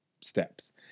steps